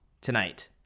tonight